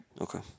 okay